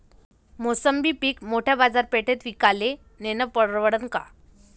मोसंबी पीक मोठ्या बाजारपेठेत विकाले नेनं परवडन का?